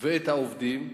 ואת העובדים,